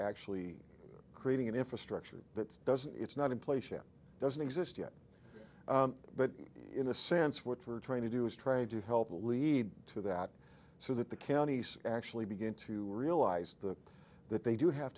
actually creating an infrastructure that doesn't it's not in place ship doesn't exist yet but in a sense what we're trying to do is trying to help will lead to that so that the counties actually begin to realize the that they do have